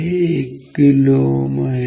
हे 1 kΩ आहे